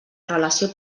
relació